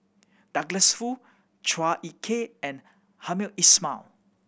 Douglas Foo Chua Ek Kay and Hamed Ismail